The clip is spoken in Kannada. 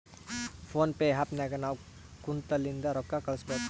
ಫೋನ್ ಪೇ ಆ್ಯಪ್ ನಾಗ್ ನಾವ್ ಕುಂತಲ್ಲಿಂದೆ ರೊಕ್ಕಾ ಕಳುಸ್ಬೋದು